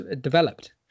developed